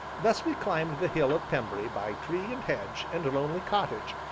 thus we climbed the hill of pembry, by tree and hedge, and lonely cottage,